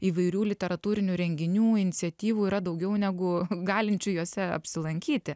įvairių literatūrinių renginių iniciatyvų yra daugiau negu galinčių jose apsilankyti